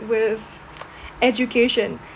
with education